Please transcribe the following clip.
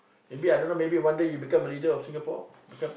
maybe I don't know maybe one day you become a leader of Singapore